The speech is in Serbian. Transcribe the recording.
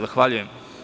Zahvaljujem.